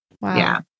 Wow